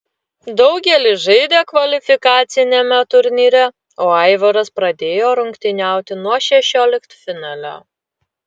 daugelis žaidė kvalifikaciniame turnyre o aivaras pradėjo rungtyniauti nuo šešioliktfinalio